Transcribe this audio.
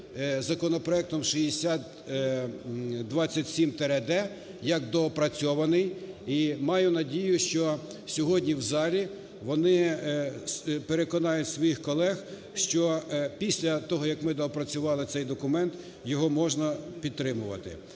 законопроектом 6027-д, як доопрацьований. І маю надію, що сьогодні в залі вони переконають своїх колег, що після того як ми доопрацювали цей документ, його можна підтримувати.